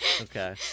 Okay